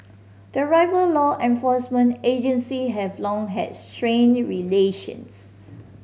the rival law enforcement agency have long had strained relations